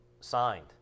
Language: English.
signed